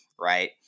right